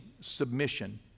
submission